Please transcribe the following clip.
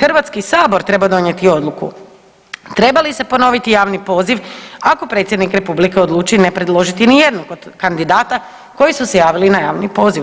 Hrvatski sabor treba donijeti odluku, treba li se ponoviti javni poziv ako predsjednik republike odluči ne predložiti ni jednog od kandidata koji su se javili na javni poziv.